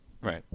Right